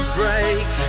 break